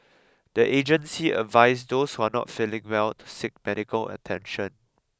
the agency advised those who are not feeling well to seek medical attention